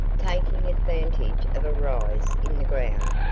taking advantage of a rise in the ground,